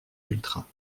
ultras